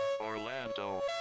Orlando